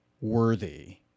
worthy